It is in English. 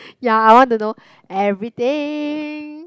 ya I want to know everything